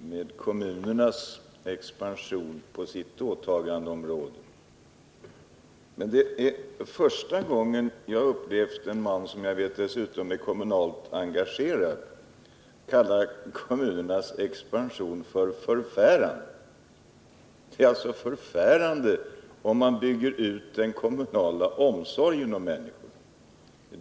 med kommunernas expansion på sitt åtagandeområde, men det är första gången som jag har upplevt att en man, som jag vett.o.m. är kommunalt engagerad, kallar kommunernas expansion för förfärande. Det är alltså förfärande att man bygger ut den kommunala omsorgen om människorna.